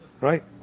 Right